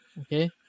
okay